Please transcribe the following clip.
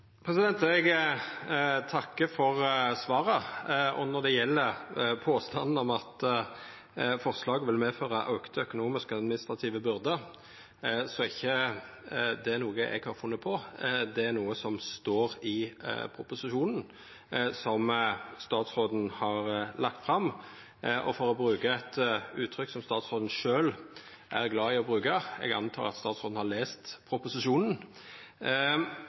Eg takkar for svaret. Når det gjeld påstanden om at forslaga vil føra til auka økonomiske og administrative byrder, er ikkje det noko eg har funne på. Det er noko som står i proposisjonen som statsråden har lagt fram. For å bruka eit uttrykk som statsråden sjølv er glad i å bruka: Eg reknar med at statsråden har lese proposisjonen.